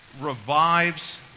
revives